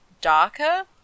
darker